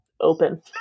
open